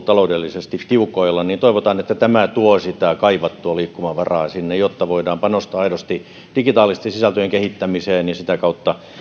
taloudellisesti tiukoilla niin toivotaan että tämä tuo sitä kaivattua liikkumavaraa sinne jotta voidaan panostaa aidosti digitaalisten sisältöjen kehittämiseen ja sitä kautta